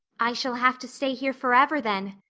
i shall have to stay here forever then,